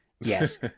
yes